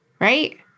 right